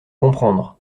comprendre